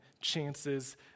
chances